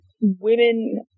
women –